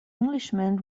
englishman